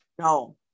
No